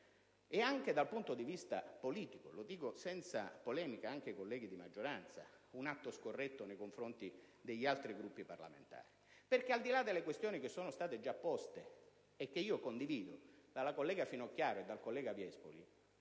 anche dal punto di vista politico - lo dico senza polemica ai colleghi di maggioranza - è un atto scorretto nei confronti degli altri Gruppi parlamentari. Infatti, al di là delle questioni già poste, e da me condivise, dalla collega Finocchiaro e dal collega Viespoli,